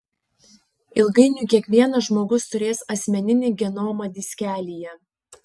ilgainiui kiekvienas žmogus turės asmeninį genomą diskelyje